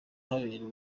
kubera